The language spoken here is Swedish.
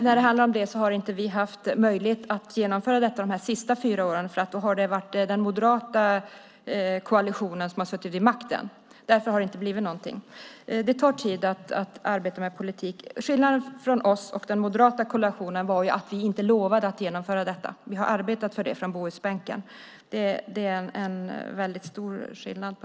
Herr talman! Vi har inte haft möjlighet att genomföra detta de senaste fyra åren, för då har den moderata koalitionen suttit vid makten. Därför har det inte blivit någonting. Det tar tid att arbeta med politik. Skillnaden mellan oss och den moderata koalitionen är att vi inte har lovat att genomföra detta. Vi har arbetat för det från Bohusbänken. Det är en väldigt stor skillnad.